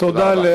תודה רבה.